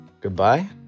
Goodbye